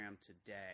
today